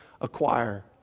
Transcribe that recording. acquire